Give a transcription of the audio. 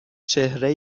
چهره